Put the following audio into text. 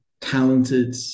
talented